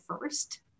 first